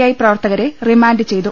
I പ്രവർത്തകരെ remand ചെയ്തു